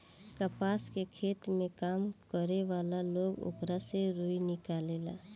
कपास के खेत में काम करे वाला लोग ओकरा से रुई निकालेले